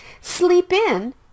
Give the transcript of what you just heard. Sleep-in